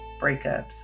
breakups